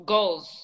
Goals